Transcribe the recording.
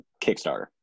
kickstarter